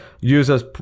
users